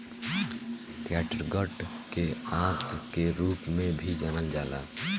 catgut के आंत के रूप में भी जानल जाला